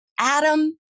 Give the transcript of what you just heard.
Adam